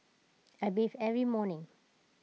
I bathe every morning